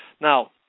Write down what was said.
now